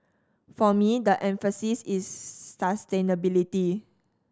for me the emphasis is sustainability